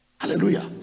hallelujah